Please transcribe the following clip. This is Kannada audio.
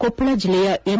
ಕೊಪ್ಪಳ ಜಿಲ್ಲೆಯ ಎಂ